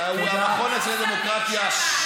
המכון הישראלי לדמוקרטיה.